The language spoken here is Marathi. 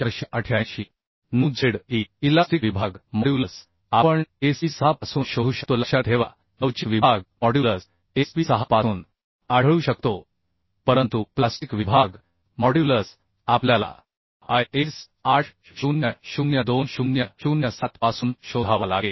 9 z e इलास्टिक विभाग मॉड्यूलस आपण SP 6 पासून शोधू शकतो लक्षात ठेवा लवचिक विभाग मॉड्यूलस SP6 पासून आढळू शकतो परंतु प्लास्टिक विभाग मॉड्यूलस आपल्याला आय एस 800 2007 पासून शोधावा लागेल